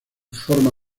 forma